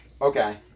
Okay